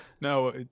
No